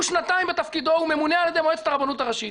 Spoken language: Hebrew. הוא שנתיים בתפקידו והוא ממונה על ידי מועצת הרבנות הראשית.